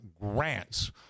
grants